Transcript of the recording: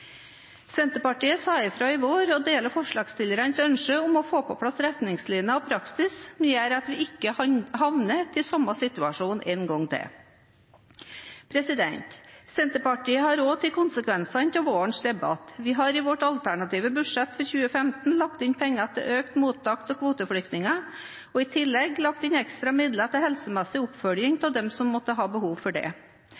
Senterpartiet sa ifra i vår og deler forslagsstillernes ønske om å få på plass retningslinjer og praksis som gjør at vi ikke havner i samme situasjon en gang til. Senterpartiet har også tatt konsekvensene av vårens debatt. Vi har i vårt alternative budsjett for 2015 lagt inn penger til økt mottak av kvoteflyktninger og i tillegg lagt inn ekstra midler til helsemessig oppfølging